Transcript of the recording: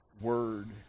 word